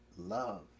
love